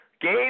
Gabe